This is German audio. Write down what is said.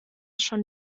schon